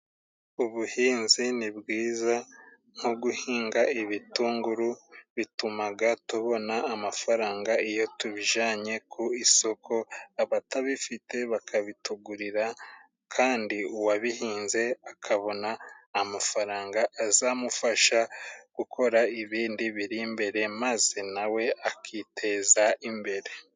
Ubuhinzi ni bwiza nko guhinga ibitunguru bitumaga tubona amafaranga iyo tubijanye ku isoko abatabifite bakabitugurira kandi uwabihinze akabona amafaranga azamufasha gukora ibindi biri imbere maze nawe akiteza imbere.